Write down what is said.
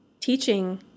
teaching